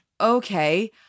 Okay